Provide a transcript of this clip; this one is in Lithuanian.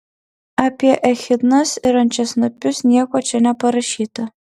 apie echidnas ir ančiasnapius nieko čia neparašyta